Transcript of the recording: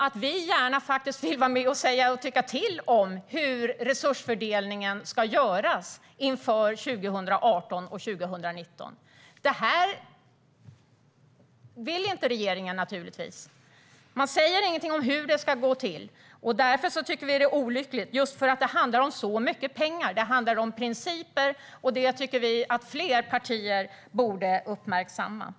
Vi vill gärna vara med och tycka till om hur resursfördelningen ska ske inför 2018 och 2019. Det vill regeringen naturligtvis inte. Man säger ingenting om hur det ska gå till, och det är olyckligt. Det handlar om mycket pengar och om principer, och vi tycker att fler partier borde uppmärksamma det.